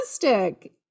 fantastic